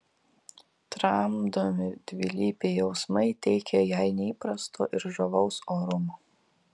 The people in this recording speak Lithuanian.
tramdomi dvilypiai jausmai teikia jai neįprasto ir žavaus orumo